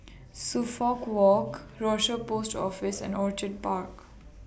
Suffolk Walk Rochor Post Office and Orchid Park